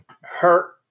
hurt